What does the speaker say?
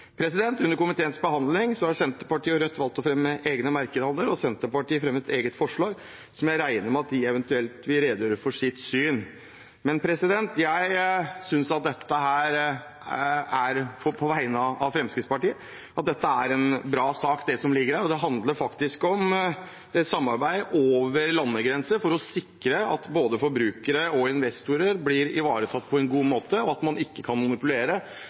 Under komiteens behandling har Senterpartiet og Rødt valgt å fremme egne merknader, og Senterpartiet fremmer et eget forslag, så jeg regner med at de eventuelt vil redegjøre for sitt syn. Men jeg synes – på vegne av Fremskrittspartiet – at det er en bra sak som ligger her. Det handler faktisk om samarbeid over landegrenser for å sikre at både forbrukere og investorer blir ivaretatt på en god måte, og at man ikke kan manipulere